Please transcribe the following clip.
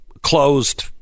Closed